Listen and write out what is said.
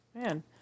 Man